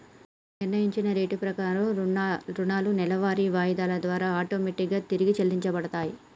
నిర్ణయించిన రేటు ప్రకారం రుణాలు నెలవారీ వాయిదాల ద్వారా ఆటోమేటిక్ గా తిరిగి చెల్లించబడతయ్